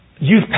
youth